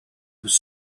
was